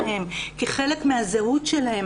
כחלק מהזהות שלהם.